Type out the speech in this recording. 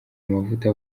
amavuta